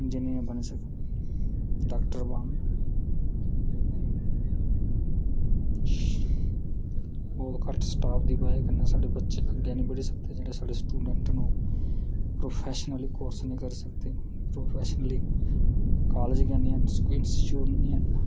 engineer बनी सकदे doctor बनन बहुत घट्ट स्टॉफ दी बजह कन्नै साढ़े बच्चे अग्गें निं बधी सकदे ते जेह्ड़े साढ़े स्टूडेंट न ओह् प्रोफैशनल कोर्स निं करी सकदे प्रोफैशनल कॉलेज़ निं हैन इंस्टीट्च्यूट निं हैन